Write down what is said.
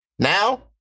Now